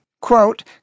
quote